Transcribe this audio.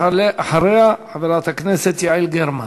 ואחריה, חברת הכנסת יעל גרמן.